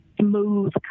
smooth